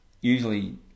usually